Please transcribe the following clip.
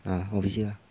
ah obviously lah